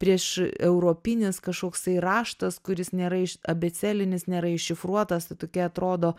prieš europinis kažkoksai raštas kuris nėra iš abėcėlinis nėra iššifruotas tai tokie atrodo